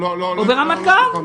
או ברמת גן.